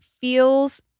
feels